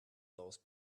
those